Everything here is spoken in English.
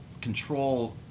control